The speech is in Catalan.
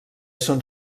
són